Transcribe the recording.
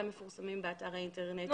מפורסמים באתר האינטרנט של הרשות המקומית.